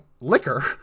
liquor